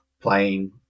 playing